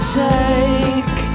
take